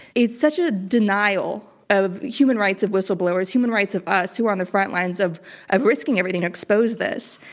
it's such a denial of human rights, of whistleblowers, human rights of us who are on the front lines of of risking everything to expose this.